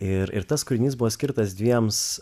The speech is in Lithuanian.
ir ir tas kūrinys buvo skirtas dviems